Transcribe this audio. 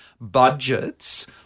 budgets